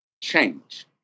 change